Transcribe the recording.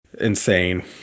insane